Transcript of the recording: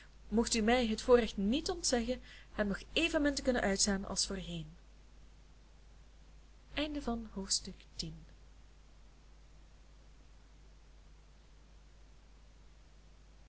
moogt u mij het voorrecht niet ontzeggen hem nog evenmin te kunnen uitstaan als voorheen